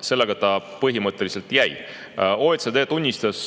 sinna ta põhimõtteliselt jäi. OECD tunnistas